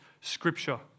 Scripture